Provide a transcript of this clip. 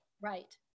Right